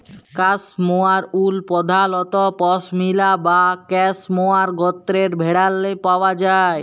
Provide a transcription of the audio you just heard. cashmere wool পধালত পশমিলা বা ক্যাসমোয়ার গত্রের ভেড়াল্লে পাউয়া যায়